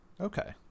Okay